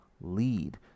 lead